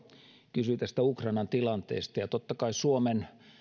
kysyi ukrainan tilanteesta totta kai suomen